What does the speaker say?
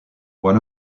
one